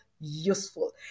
useful